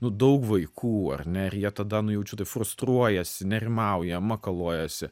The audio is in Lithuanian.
nu daug vaikų ar ne ir jie tada nu jau čia frustruojasi nerimauja makaluojasi